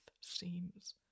seems